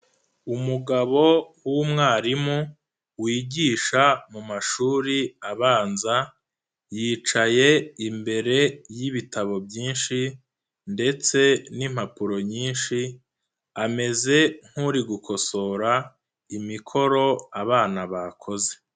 Umugabo w'umwarimu wigisha mu mashuri abanza, yicaye imbere y'ibitabo byinshi ndetse n'impapuro nyinshi, ameze nk'uri gukosora imikoro abana bakoze.